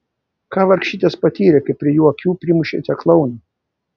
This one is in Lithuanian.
ką vargšytės patyrė kai prie jų akių primušėte klouną